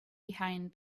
behind